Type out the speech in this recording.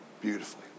beautifully